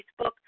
Facebook